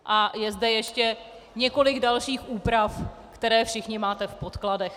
A je zde ještě několik dalších úprav, které všichni máte v podkladech.